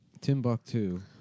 Timbuktu